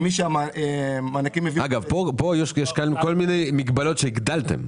אגב, כאן יש כל מיני מגבלות שהגדלתם.